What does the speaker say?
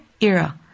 era